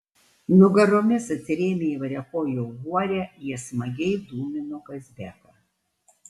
nugaromis atsirėmę į variakojo uorę jie smagiai dūmino kazbeką